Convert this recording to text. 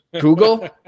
Google